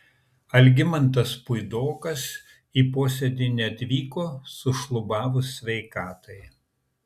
algimantas puidokas į posėdį neatvyko sušlubavus sveikatai